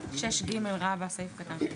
6ג(ג).